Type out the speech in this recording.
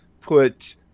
put